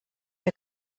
der